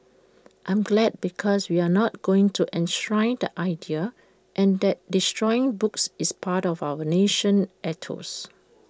I'm glad because we're not going to enshrine the idea and that destroying books is part of our national ethos